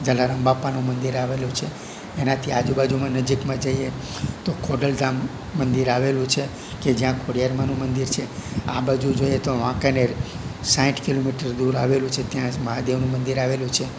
જલારામ બાપાનું મંદિર આવેલું છે એનાથી આજુબાજુમાં નજીકમાં જઈએ તો ખોડલ ધામ મંદિર આવેલું છે કે જ્યાં ખોડિયાર માનું મંદિર છે આ બાજુ જોઈએ તો વાંકાનેર સાઠ કિલોમીટર દૂર આવેલું છે ત્યાં જ મહાદેવનું મંદિર આવેલું છે